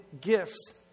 gifts